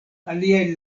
aliaj